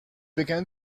began